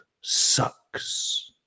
sucks